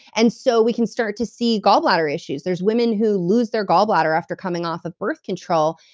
and so we can start to see gall bladder issues. there's women who lose their gall bladder after coming off of birth control,